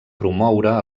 promoure